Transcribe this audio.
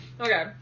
Okay